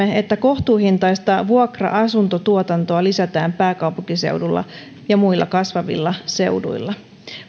että kohtuuhintaista vuokra asuntotuotantoa lisätään pääkaupunkiseudulla ja muilla kasvavilla seuduilla